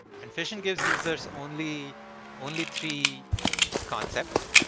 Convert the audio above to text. and fission gives users only only three concepts.